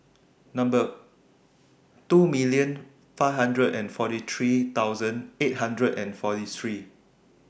Number two million five hundred and forty three thousand eight hundred and forty three